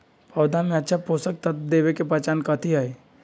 पौधा में अच्छा पोषक तत्व देवे के पहचान कथी हई?